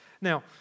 Now